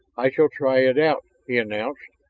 i shall try it out, he announced.